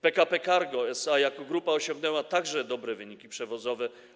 PKP Cargo SA jako grupa osiągnęło także dobre wyniki przewozowe.